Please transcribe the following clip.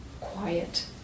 quiet